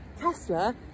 Tesla